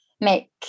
make